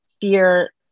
fear